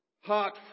heart